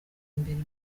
imbere